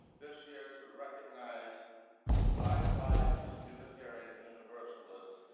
this year to recognize black lives unitarian universalist